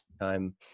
time